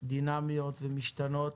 דינמיות ומשתנות